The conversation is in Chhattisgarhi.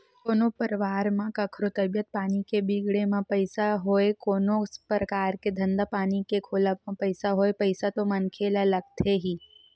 कोनो परवार म कखरो तबीयत पानी के बिगड़े म पइसा होय कोनो परकार के धंधा पानी के खोलब म पइसा होय पइसा तो मनखे ल लगथे ही